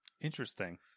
Interesting